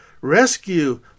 rescue